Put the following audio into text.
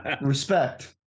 Respect